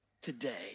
today